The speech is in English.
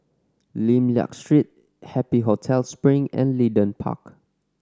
Lim Liak Street Happy Hotel Spring and Leedon Park